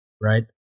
right